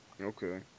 Okay